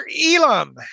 Elam